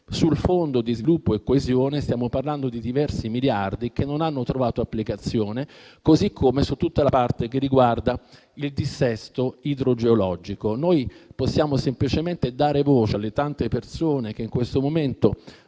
sul Fondo di sviluppo e coesione. Stiamo parlando di diversi miliardi che non hanno trovato applicazione, così come su tutta la parte che riguarda il dissesto idrogeologico. Noi possiamo semplicemente dare voce alle tante persone che in questo momento